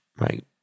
right